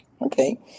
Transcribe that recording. Okay